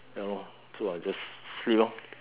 ya lor so I just sleep lor